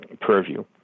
purview